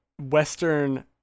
Western